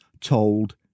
told